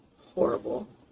horrible